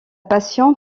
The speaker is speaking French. passion